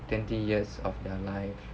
twenty years of their life